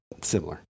similar